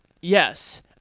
Yes